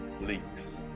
leaks